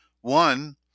One